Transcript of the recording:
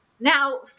now